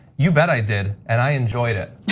you bet i did and i enjoyed it.